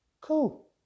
Cool